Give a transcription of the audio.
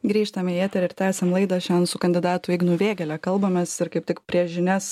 grįžtam į eterį ir tęsiam laidą šiandien su kandidatų ignu vėgėle kalbamės ir kaip tik prieš žinias